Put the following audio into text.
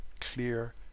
clear